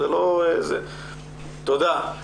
תודה.